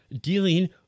dealing